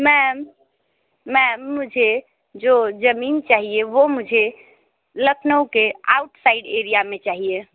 ma'am ma'am मुझे जो ज़मीन चाहिए वो मुझे लखनऊ के आउट साइड एरिया में चाहिए